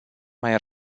mai